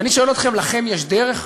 ואני שואל אתכם: לכם יש דרך?